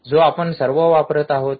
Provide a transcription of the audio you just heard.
जो आपण सर्व वापरत आहोत